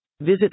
Visit